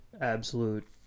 absolute